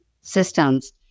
systems